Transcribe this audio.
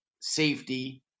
safety